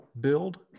build